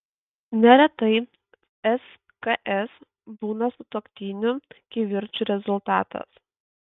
neretai sks būna sutuoktinių kivirčų rezultatas